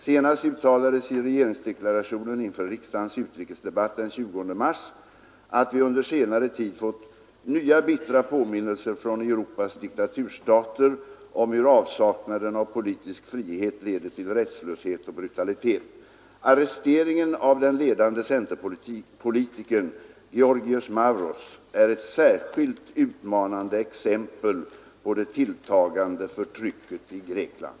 Senast uttalades i regeringsdeklarationen inför riksdagens utrikesdebatt den 20 mars, att vi under senare tid fått nya bittra påminnelser från Europas diktaturstater om hur avsaknaden av politisk frihet leder till rättslöshet och brutalitet. Arresteringen av den ledande centerpolitikern Giorgios Mavros är ett särskilt utmanande exempel på det tilltagande förtrycket i Grekland.